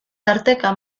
tarteka